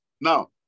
Now